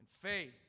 faith